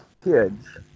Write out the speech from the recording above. kids